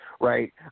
Right